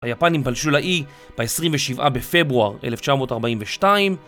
היפנים פלשו לאי ב-27 בפברואר 1942